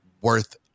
worth